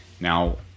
Now